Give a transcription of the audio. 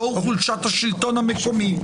לאור חולשת השלטון המקומי,